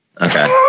Okay